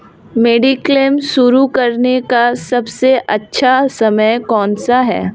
Mediclaim शुरू करने का सबसे अच्छा समय कौनसा है?